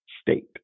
state